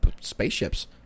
spaceships